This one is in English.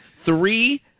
three